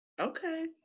Okay